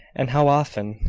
and how often,